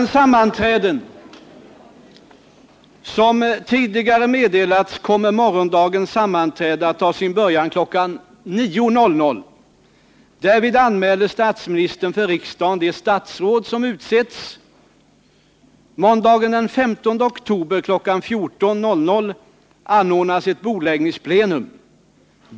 Såsom tidigare meddelats kommer morgondagens sammanträde att ta sin början kl. 09.00. Därvid anmäler statsministern för riksdagen de statsråd som utsetts. Måndagen den 15 oktober kl. 14.00 anordnas ett bordläggningsplenum.